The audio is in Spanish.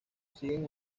siguen